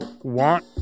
want